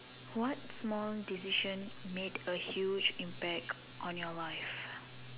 what small decision made a huge impact on your life